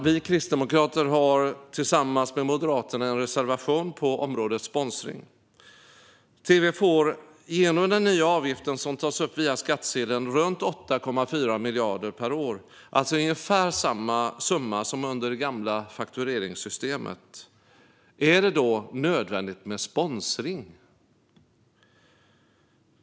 Vi kristdemokrater har tillsammans med Moderaterna en reservation på området sponsring. Tv får genom den nya avgift som tas upp via skattsedeln runt 8,4 miljarder per år, alltså ungefär samma summa som under det gamla faktureringssystemet. Är det då nödvändigt med sponsring?